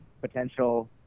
potential